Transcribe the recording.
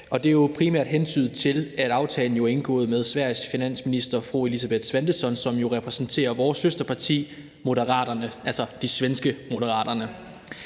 det er primært en hentydning til, at aftalen jo er indgået med Sveriges finansminister, fru Elisabeth Svantesson, som repræsenterer vores søsterparti, Moderaterna, altså det svenske parti Moderaterna.